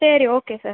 சரி okay sir